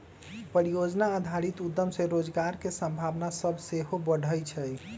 परिजोजना आधारित उद्यम से रोजगार के संभावना सभ सेहो बढ़इ छइ